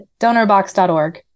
Donorbox.org